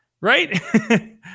Right